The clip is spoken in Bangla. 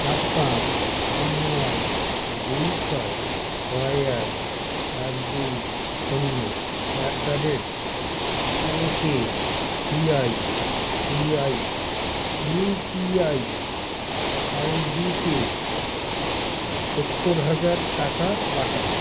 আট পাঁচ তিন নয় দুই ছয় ছয় এক এক দুই শূন্য at the rate ok ICICI UPI আইডিতে সত্তর হাজার টাকা পাঠান